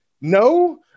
no